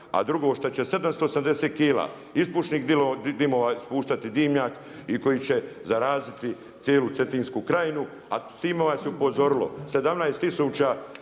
a drugo što će 780 kila, ispuštanih plinova ispuštati dimnjak i koji će zaraziti cijelu Cetinsku krajinu a s time vas je upozorilo 17000